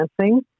dancing